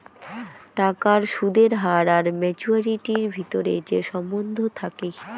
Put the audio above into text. টাকার সুদের হার আর মাচুয়ারিটির ভিতরে যে সম্বন্ধ থাকি